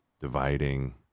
dividing